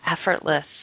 effortless